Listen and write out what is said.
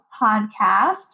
Podcast